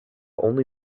only